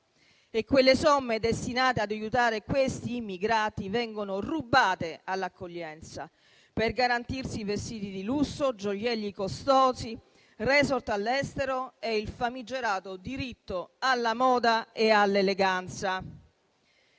Le somme destinate ad aiutare questi immigrati vengono rubate all'accoglienza per garantirsi i vestiti di lusso, gioielli costosi, *resort* all'estero e il famigerato diritto alla moda e all'eleganza.